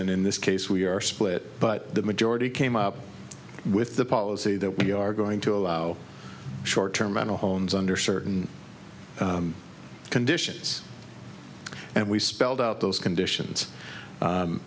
and in this case we are split but the majority came up with the policy that we are going to allow short term mental homes under certain conditions and we spelled out those conditions